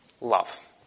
Love